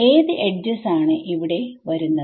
ഏത് എഡ്ജസ് ആണ് ഇവിടെ വരുന്നത്